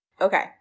Okay